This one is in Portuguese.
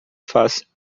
faz